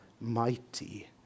mighty